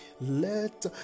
let